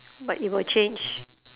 but it will change